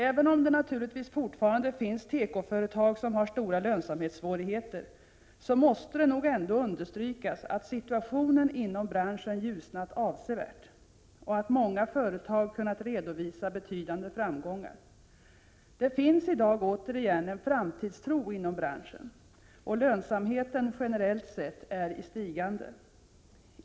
Även om det naturligtvis fortfarande finns tekoföretag som har stora lönsamhetssvårigheter, så måste det nog ändå understrykas att situationen inom branschen ljusnat avsevärt och att många företag kunnat redovisa betydande framgångar. Det finns i dag återigen en framtidstro inom branschen, och lönsamheten generellt sett är i stigande.